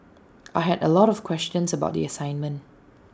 I had A lot of questions about the assignment